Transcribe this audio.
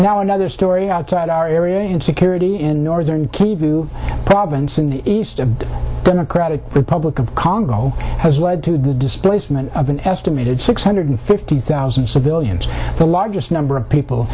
now another story out our area insecurity in northern province in the east a democratic republic of congo has led to the displacement of an estimated six hundred fifty thousand civilians the largest number of people